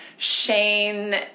Shane